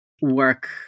work